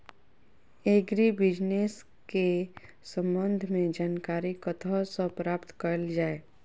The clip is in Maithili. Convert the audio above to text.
एग्री बिजनेस केँ संबंध मे जानकारी कतह सऽ प्राप्त कैल जाए?